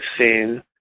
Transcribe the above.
seen